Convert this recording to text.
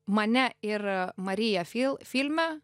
mane ir mariją fil filme